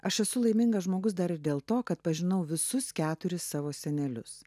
aš esu laimingas žmogus dar dėl to kad pažinau visus keturis savo senelius